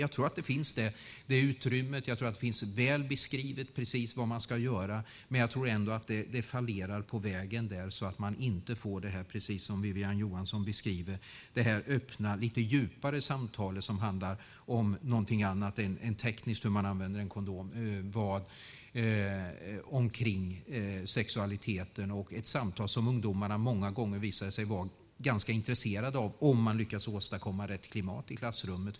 Jag tror att det utrymmet finns och att det finns väl beskrivet precis vad man ska göra. Men jag tror att det fallerar på vägen, så att man inte får det som Wiwi-Anne Johansson beskriver: det öppna, lite djupare samtal kring sexualiteten som handlar om något annat än tekniskt hur man använder en kondom, ett samtal som ungdomarna många gånger visar sig vara ganska intresserade av om man lyckas åstadkomma rätt klimat i klassrummet.